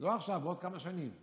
לא עכשיו, בעוד כמה שנים.